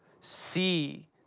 see